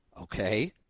Okay